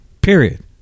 Period